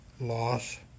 Loss